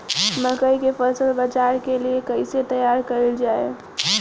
मकई के फसल बाजार के लिए कइसे तैयार कईले जाए?